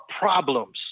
problems